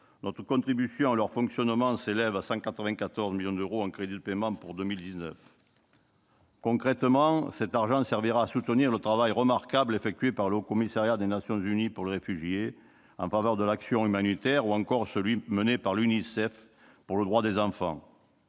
Notre contribution à leur fonctionnement s'élève à 194 millions d'euros en crédits de paiement pour 2019. Concrètement, cet argent servira à soutenir le travail remarquable effectué par le Haut-Commissariat des Nations unies pour les réfugiés en faveur de l'action humanitaire ou encore celui mené par l'UNICEF pour les droits des enfants.